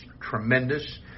tremendous